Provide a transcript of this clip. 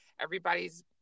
Everybody's